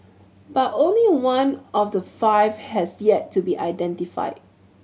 but only one of the five has yet to be identified